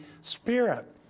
Spirit